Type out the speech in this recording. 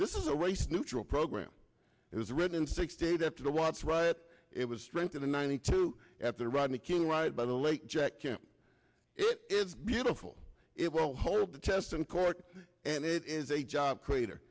this is a race neutral program it was written six days after the watts riot it was strength in the ninety two after rodney king right by the late jack kemp it is beautiful it will hold the test in court and it is a job creat